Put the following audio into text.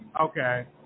Okay